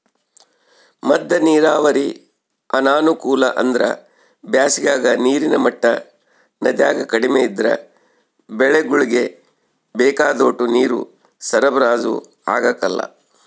ಮದ್ದ ನೀರಾವರಿ ಅನಾನುಕೂಲ ಅಂದ್ರ ಬ್ಯಾಸಿಗಾಗ ನೀರಿನ ಮಟ್ಟ ನದ್ಯಾಗ ಕಡಿಮೆ ಇದ್ರ ಬೆಳೆಗುಳ್ಗೆ ಬೇಕಾದೋಟು ನೀರು ಸರಬರಾಜು ಆಗಕಲ್ಲ